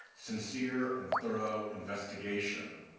sincere and thorough investigation